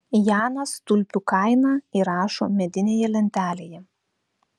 janas tulpių kainą įrašo medinėje lentelėje